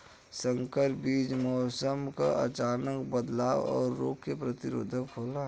संकर बीज मौसम क अचानक बदलाव और रोग के प्रतिरोधक होला